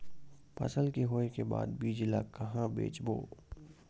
फसल के होय के बाद बीज ला कहां बेचबो?